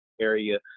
area